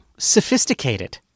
Sophisticated